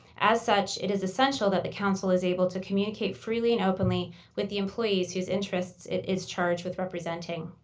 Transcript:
as such, it is essential that the council is able to communicate freely and openly with the employees whose interests it is charged with representing.